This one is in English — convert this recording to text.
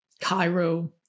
Cairo